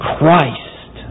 Christ